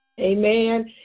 Amen